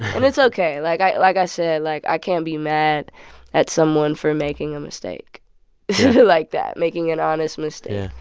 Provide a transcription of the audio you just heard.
and it's ok. like like i said, like, i can't be mad at someone for making a mistake like that making an honest mistake. yeah